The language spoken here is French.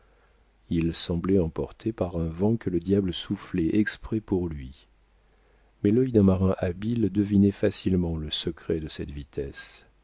il semblait emporté par un vent que le diable soufflait exprès pour lui mais l'œil d'un marin habile devinait facilement le secret de cette vitesse